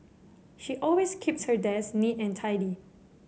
she always keeps her desk neat and tidy